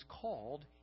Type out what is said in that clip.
called